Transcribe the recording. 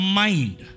mind